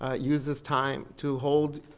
ah use this time to hold